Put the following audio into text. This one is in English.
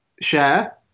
share